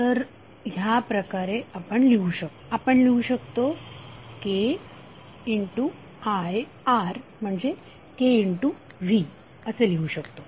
तर ह्या प्रकारे आपण काय लिहू शकतो आपण लिहू शकतो K I R म्हणजेच K V लिहू शकतो